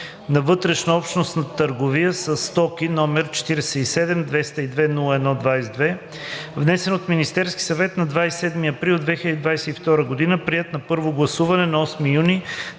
на вътрешнообщностната търговия със стоки, № 47 202 01-22, внесен от Министерския съвет на 27 април 2022 г., приет на първо гласуване на 8 юни